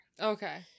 Okay